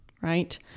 right